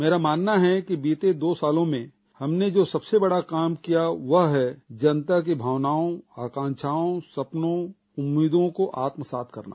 मेरा मानना है कि बीते दो साल में हमने जो सबसे बड़ा काम किया वह है जनता की भावनाओं आकांक्षाओं सपनों उम्मीदों को आत्मसात करना